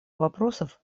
вопросов